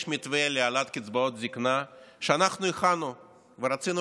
יש מתווה להעלאת קצבאות זקנה שאנחנו הכנו ורצינו